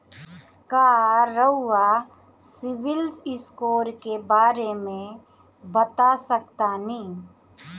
का रउआ CIBIL score के बारे में बता सकतानी?